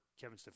Kevin